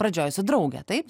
pradžioj su drauge taip